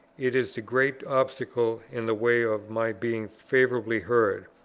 it is the great obstacle in the way of my being favourably heard,